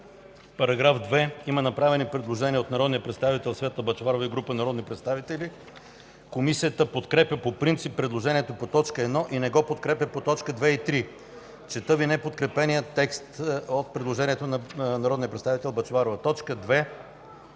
По § 2 има направено предложение от народния представител Светла Бъчварова и група народни представители. Комисията подкрепя по принцип предложението по т. 1 и не го подкрепя по т. 2 и 3. Чета Ви неподкрепения текст от предложението на народния представител Бъчварова: „2.